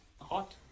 hot